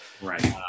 Right